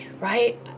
right